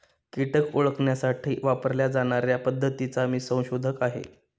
कीटक ओळखण्यासाठी वापरल्या जाणार्या पद्धतीचा मी संशोधक आहे